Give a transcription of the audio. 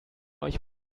euch